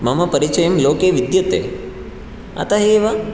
मम परिचयं लोके विद्यते अत एव